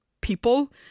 people